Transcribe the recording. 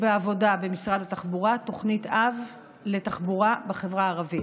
במשרד התחבורה יש בעבודה תוכנית אב לתחבורה בחברה הערבית.